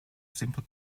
simple